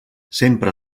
sempre